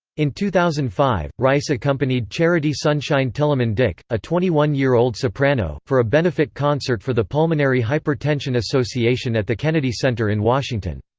in two thousand and five, rice accompanied charity sunshine tillemann-dick, a twenty one year old soprano, for a benefit concert for the pulmonary hypertension association at the kennedy center in washington.